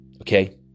Okay